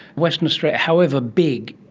western australia, however big,